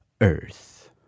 Earth